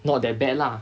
not that bad lah